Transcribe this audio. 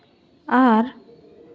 ᱟᱨ